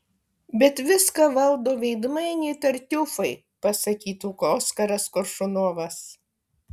bet viską valdo veidmainiai tartiufai pasakytų oskaras koršunovas